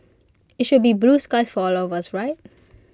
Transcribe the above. IT should be blue skies for all of us right